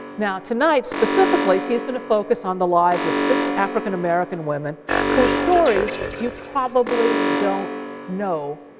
now tonight, specifically he is going to focus on the lives of six african-american women whose stories you probably don't know,